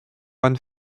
juan